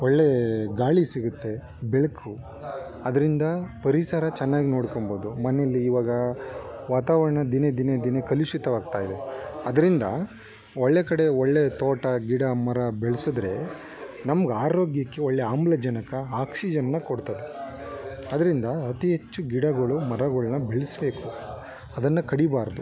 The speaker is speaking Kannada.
ಒಳ್ಳೆ ಗಾಳಿ ಸಿಗುತ್ತೆ ಬೆಳಕು ಅದರಿಂದ ಪರಿಸರ ಚೆನ್ನಾಗ್ ನೋಡ್ಕೊಬೋದು ಮನೇಲಿ ಇವಾಗ ವಾತಾವರಣ ದಿನೇ ದಿನೇ ದಿನೇ ಕಲುಷಿತವಾಗ್ತಾಯಿದೆ ಅದರಿಂದ ಒಳ್ಳೆ ಕಡೆ ಒಳ್ಳೆ ತೋಟ ಗಿಡ ಮರ ಬೆಳೆಸಿದ್ರೆ ನಮ್ಗೆ ಆರೋಗ್ಯಕ್ಕೆ ಒಳ್ಳೆ ಆಮ್ಲಜನಕ ಆಕ್ಸಿಜನ್ನ ಕೊಡ್ತದೆ ಅದರಿಂದ ಅತೀ ಹೆಚ್ಚು ಗಿಡಗಳು ಮರಗಳ್ನ ಬೆಳೆಸ್ಬೇಕು ಅದನ್ನು ಕಡಿಬಾರದು